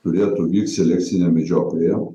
turėtų vykt selekcinė medžioklė